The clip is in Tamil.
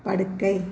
படுக்கை